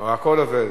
הכול עובד.